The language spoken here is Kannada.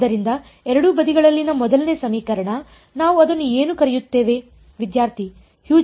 ಆದ್ದರಿಂದ ಎರಡೂ ಬದಿಗಳಲ್ಲಿನ ಮೊದಲ ಸಮೀಕರಣ ನಾವು ಅದನ್ನು ಏನು ಕರೆಯುತ್ತೇವೆ ವಿದ್ಯಾರ್ಥಿ ಹ್ಯೂಜೆನ್ಸ್ ತತ್ವ